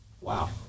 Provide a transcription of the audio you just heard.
Wow